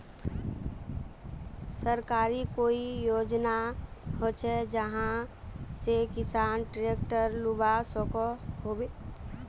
सरकारी कोई योजना होचे जहा से किसान ट्रैक्टर लुबा सकोहो होबे?